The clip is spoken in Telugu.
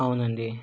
అవునండి